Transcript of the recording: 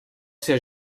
ser